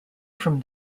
from